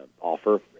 offer